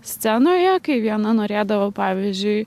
scenoje kai viena norėdavo pavyzdžiui